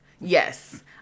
yes